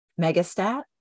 megastat